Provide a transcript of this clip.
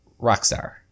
Rockstar